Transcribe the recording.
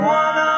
one